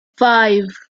five